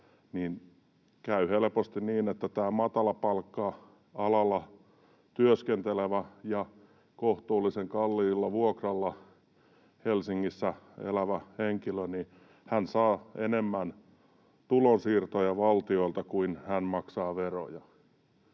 käy helposti niin, että tämä matalapalkka-alalla työskentelevä ja kohtuullisen kalliilla vuokralla Helsingissä elävä henkilö saa enemmän tulonsiirtoja valtiolta kuin hän maksaa veroja.